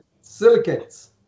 Silicates